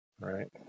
right